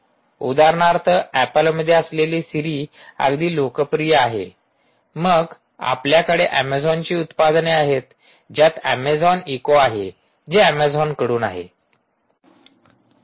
उदाहरणार्थ अॅपलमधे असलेली सिरी अगदी लोकप्रिय आहे मग आपल्याकडे अॅमेझॉनची उत्पादने आहेत ज्यात अॅमेझॉन इको आहे जे अॅमेझॉनकडून आहे